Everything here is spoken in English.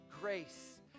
grace